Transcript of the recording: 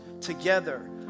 together